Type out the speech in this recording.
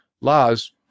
laws